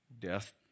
death